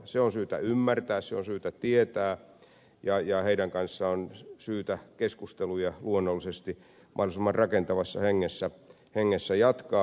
se on syytä ymmärtää se on syytä tietää ja heidän kanssaan on syytä keskusteluja luonnollisesti mahdollisimman rakentavassa hengessä jatkaa